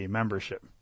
membership